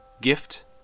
Gift